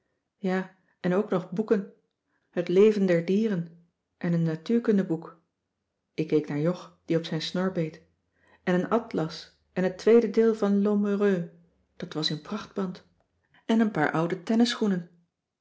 ja en ook nog boeken het leven der dieren en een natuurkundeboek ik keek naar jog die op zijn snor beet en een atlas en het tweede deel van l'homme heureux dat was in prachtband en een paar oude